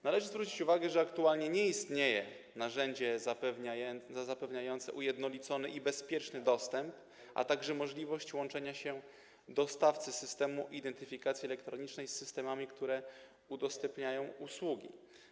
Należy zwrócić uwagę, że aktualnie nie istnieje narzędzie zapewniające ujednolicony i bezpieczny dostęp do nich, a także możliwość łączenia się dostawcy systemu identyfikacji elektronicznej z systemami, które udostępniają usługi.